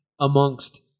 amongst